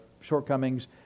shortcomings